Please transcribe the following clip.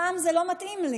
הפעם זה לא מתאים לי.